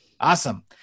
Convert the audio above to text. Awesome